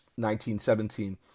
1917